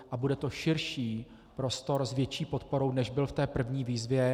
A bude to širší prostor s větší podporou, než byl v té první výzvě.